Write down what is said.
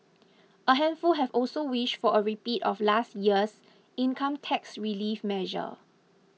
a handful have also wished for a repeat of last year's income tax relief measure